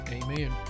Amen